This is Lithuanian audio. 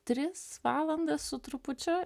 tris valandas su trupučiu